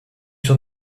sans